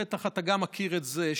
בטח גם אתה מכיר את זה,